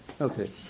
Okay